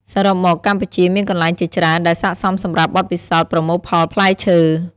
សរុបមក កម្ពុជាមានកន្លែងជាច្រើនដែលស័ក្តិសមសម្រាប់បទពិសោធន៍ប្រមូលផលផ្លែឈើ។